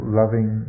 loving